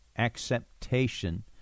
acceptation